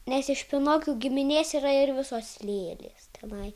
nes iš pinokių giminės yra ir visos lėlės tenai